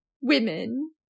women